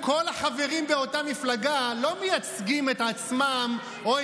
כל החברים באותה מפלגה לא מייצגים את עצמם או